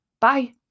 Bye